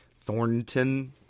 Thornton